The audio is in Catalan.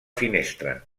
finestra